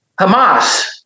Hamas